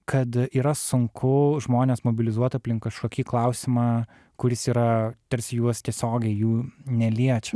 kad yra sunku žmones mobilizuot aplink kažkokį klausimą kuris yra tarsi juos tiesiogiai jų neliečia